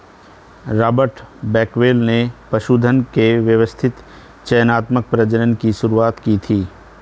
Robert Bakewell ने पशुधन के व्यवस्थित चयनात्मक प्रजनन की शुरुआत की थी